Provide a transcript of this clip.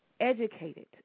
educated